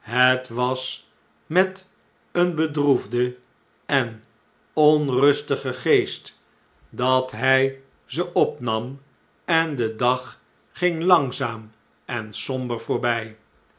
hetwas met een bedroefden en onrustigen geest dat hij ze opnam en de dag ging langzaam en somber voorbij